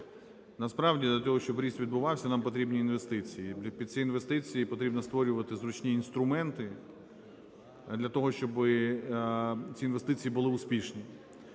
Насправді для того, щоб ріст відбувався, нам потрібні інвестиції, і під ці інвестиції потрібно створювати зручні інструменти для того, щоб ці інвестиції були успішні.